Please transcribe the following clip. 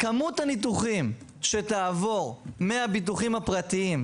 כמות הניתוחים שתעבור מהביטוחים הפרטיים,